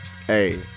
Hey